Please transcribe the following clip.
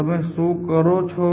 તમે શું કરો છો